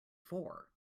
four